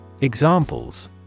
Examples